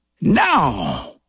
now